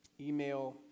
email